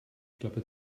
klappe